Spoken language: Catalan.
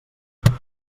meva